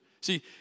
See